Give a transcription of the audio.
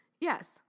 Yes